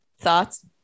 thoughts